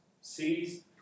C's